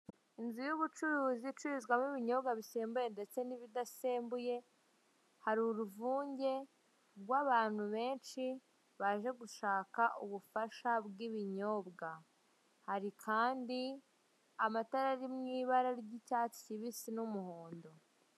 Inzu y'ubucuruzi, icururizwamo ibinyobwa bisembuye ndetse n'ibidasembuye, hari uruvunge rw'abantu benshi baje gushaka ubufasha bw'ibinyobwaa; hari kandi amatara ari mu ibara ry'icyatsi kibisi n'umuhondo.